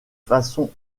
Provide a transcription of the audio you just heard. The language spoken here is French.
façon